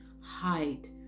hide